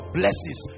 blesses